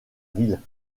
ville